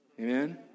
amen